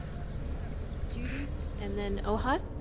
so, we'll start with judy and then ohad.